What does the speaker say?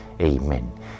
Amen